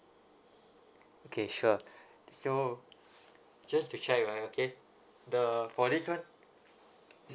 okay sure so just to check right okay the for this [one]